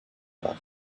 jahren